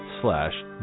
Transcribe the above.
slash